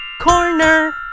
Corner